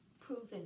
proven